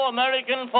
American